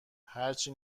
هرچی